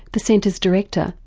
the centre's director,